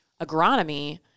agronomy